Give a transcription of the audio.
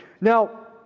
Now